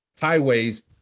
Highways